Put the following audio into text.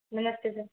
नमस्ते सर